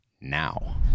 now